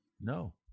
No